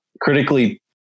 Critically